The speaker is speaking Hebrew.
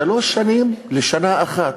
משלוש שנים לשנה אחת.